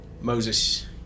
Moses